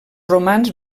romans